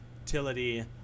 utility